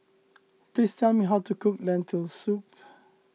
please tell me how to cook Lentil Soup